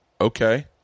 okay